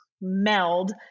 meld